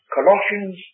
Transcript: Colossians